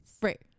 Right